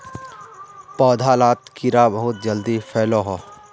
पौधा लात कीड़ा बहुत जल्दी फैलोह